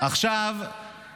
אנחנו מציינים אותם לחיוב.